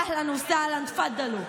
אהלן וסהלן, תפדלו.